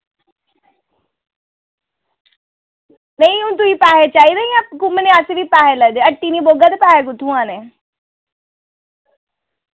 नेईं हू'न तुसी पैसे चाहिदे यां घुम्मने आस्तै बी पैसे लगदे हट्टी नी बौह्गा ते पैसे कुत्थुआं आने